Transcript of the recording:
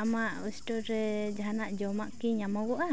ᱟᱢᱟᱜ ᱮᱥᱴᱳᱨ ᱨᱮ ᱡᱟᱦᱟᱱᱟᱜ ᱡᱚᱢᱟᱜ ᱠᱤ ᱧᱟᱢᱚᱜᱚᱜᱼᱟ